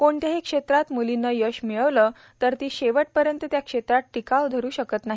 कोणत्याही क्षेत्रात म्लीनं यश मिळवलं तर ती शेवटपर्यंत त्या क्षेत्रात टिकाव धरू शेकत नाही